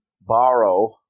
borrow